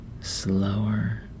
Slower